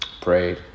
prayed